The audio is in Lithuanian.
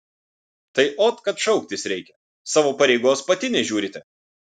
tai ot kad šauktis reikia savo pareigos pati nežiūrite